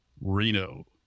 Reno